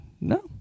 No